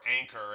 Anchor